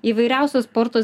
įvairiausios sporto